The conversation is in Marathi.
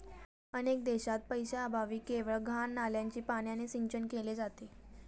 अनेक देशांत पैशाअभावी केवळ घाण नाल्याच्या पाण्याने सिंचन केले जाते